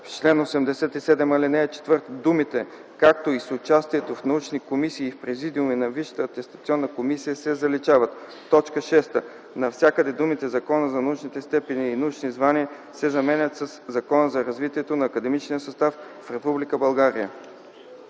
В чл. 87, ал. 4 думите „както и с участието в научни комисии в президиума на Висшата атестационна комисия” се заличават. 6. Навсякъде думите „Закона за научните степени и научните звания” се заменят със „Закона за развитието на академичния състав в Република